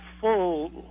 full